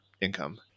income